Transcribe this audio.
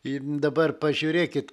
ir dabar pažiūrėkit